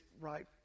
right